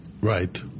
right